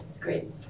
Great